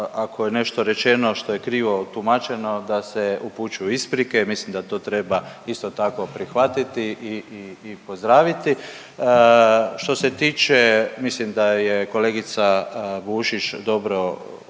ako je nešto rečeno što je krivo tumačeno, da se upućuju isprike, mislim da to treba isto tako prihvatiti i pozdraviti. Što se tiče, mislim da je kolegica Bušić dobro objasnila,